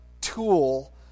tool